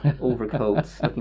overcoats